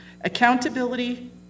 Accountability